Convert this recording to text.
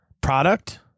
Product